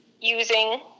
using